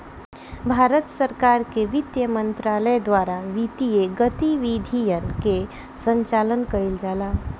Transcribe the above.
भारत सरकार के बित्त मंत्रालय द्वारा वित्तीय गतिविधियन के संचालन कईल जाला